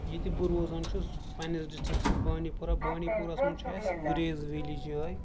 ییٚتہِ بہٕ روزان چھُس پنٛںِس ڈِسٹِرٛکَس منٛز بانڈی پورہ بانڈی پوراہَس منٛز چھُ اَسہِ گُریز ویلی جاے